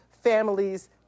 families